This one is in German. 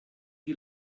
die